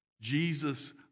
Jesus